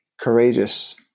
courageous